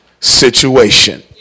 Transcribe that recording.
situation